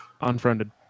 Unfriended